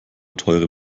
teure